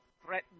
threatened